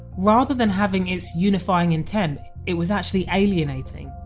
rather than having its unifying intent it was actually alienating